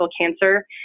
cancer